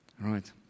Right